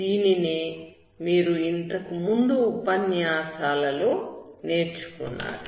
దీనినే మీరు ఇంతకు ముందు ఉపన్యాసాలలో నేర్చుకున్నారు